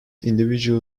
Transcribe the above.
individual